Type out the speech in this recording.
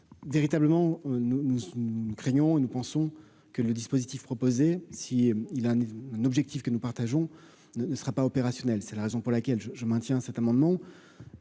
crayon et nous pensons que le dispositif proposé si il a un objectif que nous partageons ne ne sera pas opérationnel, c'est la raison pour laquelle je je maintiens cet amendement,